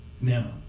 Now